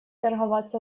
торговаться